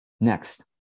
Next